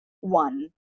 one